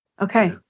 okay